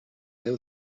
déu